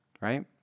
right